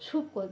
soup